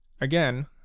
Again